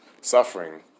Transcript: suffering